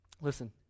Listen